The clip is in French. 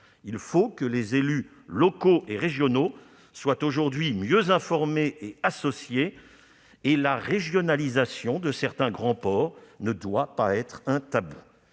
Il faut que les élus locaux et régionaux soient mieux informés et associés, et la régionalisation de certains grands ports ne doit pas être un tabou.